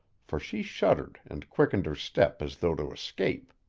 for she shuddered and quickened her step as though to escape.